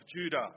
Judah